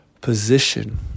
position